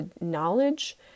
knowledge